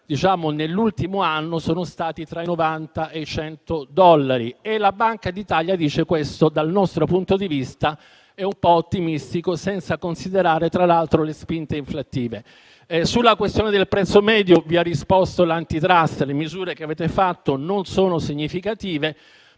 nell'ultimo anno sono stati tra i 90 e i 100 dollari. La Banca d'Italia dice che dal loro punto di vista è un po' ottimistico, senza considerare tra l'altro le spinte inflattive. Sulla questione del prezzo medio vi ha risposto l'Antitrust, affermando che le misure che avete fatto non sono significative.